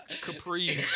Capri